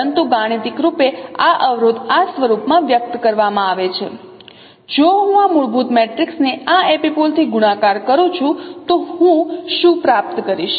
પરંતુ ગાણિતિક રૂપે આ અવરોધ આ સ્વરૂપમાં વ્યક્ત કરવામાં આવે છે જો હું આ મૂળભૂત મેટ્રિક્સને આ એપિપોલ થી ગુણાકાર કરું છું તો હું શું પ્રાપ્ત કરીશ